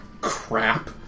crap